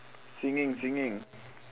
singing singing